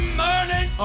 morning